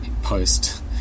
Post